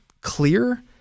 clear